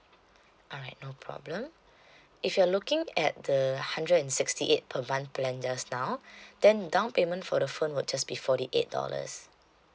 alright no problem if you're looking at the hundred and sixty eight per month plan just now then down payment for the phone would just be forty eight dollars